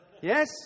Yes